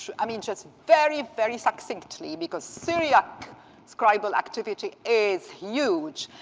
i mean, just very, very succinctly because syriac scribal activity is huge.